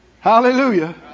Hallelujah